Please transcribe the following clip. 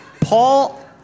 Paul